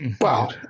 Wow